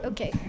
Okay